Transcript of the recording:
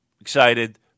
excited